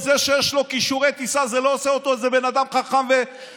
זה שיש לו כישורי טיסה זה לא עושה אותו בן אדם חכם וגאון.